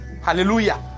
Hallelujah